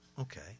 okay